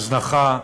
הזנחה,